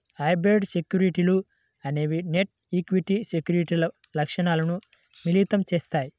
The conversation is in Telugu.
హైబ్రిడ్ సెక్యూరిటీలు అనేవి డెట్, ఈక్విటీ సెక్యూరిటీల లక్షణాలను మిళితం చేత్తాయి